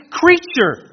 creature